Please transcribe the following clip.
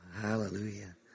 Hallelujah